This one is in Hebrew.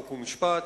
חוק ומשפט,